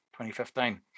2015